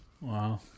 Wow